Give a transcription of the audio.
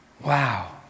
Wow